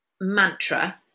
mantra